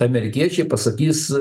amerikiečiai pasakys